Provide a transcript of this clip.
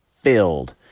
filled